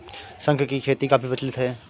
शंख की खेती काफी प्रचलित है